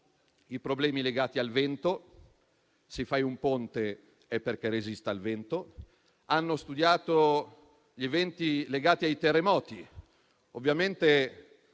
i problemi legati al vento. Se fai un ponte, è perché resista al vento. Hanno studiato gli eventi legati ai terremoti. Ovviamente,